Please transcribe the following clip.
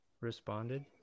responded